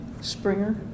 Springer